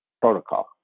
protocol